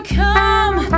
come